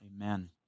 Amen